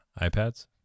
iPads